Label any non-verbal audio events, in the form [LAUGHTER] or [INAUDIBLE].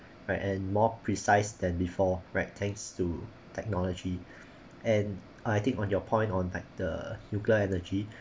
right and more precise than before right thanks to technology [BREATH] and I think on your point on like the nuclear energy